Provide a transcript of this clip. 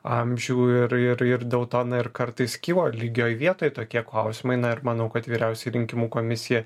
amžių ir ir ir dėl to na ir kartais kyla lygioj vietoj tokie klausimai na ir manau kad vyriausioji rinkimų komisija